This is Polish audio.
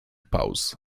pauz